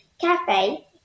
Cafe